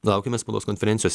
laukiame spaudos konferencijos